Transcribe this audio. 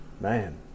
Man